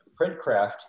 Printcraft